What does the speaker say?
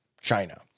China